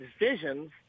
decisions